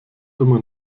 immer